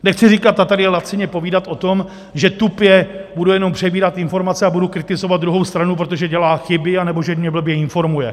Nechci říkat a tady lacině povídat o tom, že tupě budu jen přebírat informace a budu kritizovat druhou stranu, protože dělá chyby nebo že mně blbě informuje.